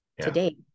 today